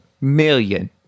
million